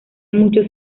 muchos